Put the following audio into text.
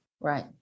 Right